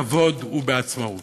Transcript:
בכבוד ובעצמאות.